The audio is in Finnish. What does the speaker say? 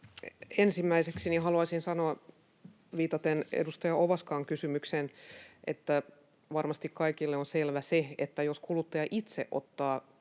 Ensimmäiseksi haluaisin sanoa — viitaten edustaja Ovaskan kysymykseen — että varmasti kaikille on selvää se, että jos kuluttaja itse ottaa